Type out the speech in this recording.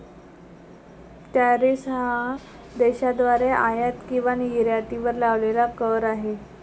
tariff हा देशाद्वारे आयात किंवा निर्यातीवर लावलेला कर आहे